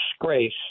disgrace